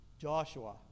Joshua